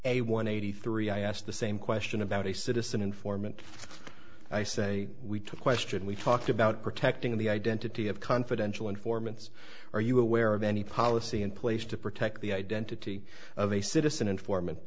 a one eighty three i asked the same question about a citizen informant i say we took question we talked about protecting the identity of confidential informants are you aware of any policy in place to protect the identity of a citizen informant